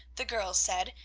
the girls said,